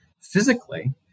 physically